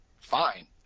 Fine